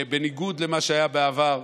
בניגוד למה שהיה בעבר,